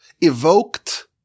evoked